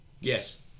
Yes